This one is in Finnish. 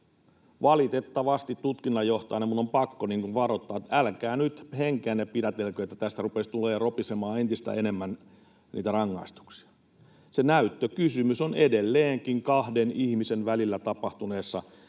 valitettavasti tutkinnanjohtajana minun on pakko varoittaa, että älkää nyt henkeänne pidätelkö, että tästä rupeaisi ropisemaan entistä enemmän niitä rangaistuksia. Se näyttökysymys on edelleenkin kahden ihmisen välillä tapahtuneessa